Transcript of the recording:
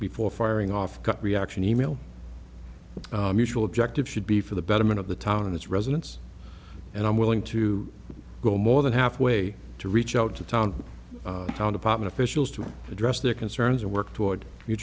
before firing off gut reaction email usual objective should be for the betterment of the town and its residents and i'm willing to go more than half way to reach out to town town department officials to address their concerns and work toward